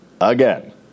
Again